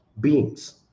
beings